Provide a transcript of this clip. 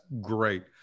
great